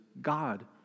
God